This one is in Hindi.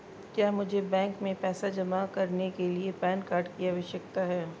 क्या मुझे बैंक में पैसा जमा करने के लिए पैन कार्ड की आवश्यकता है?